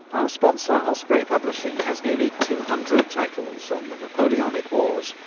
our sponsor osprey publishing has nearly two hundred titles on the napoleonic wars,